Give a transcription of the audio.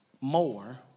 more